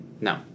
No